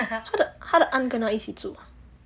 他的 aunt 跟他一起住啊